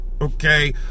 okay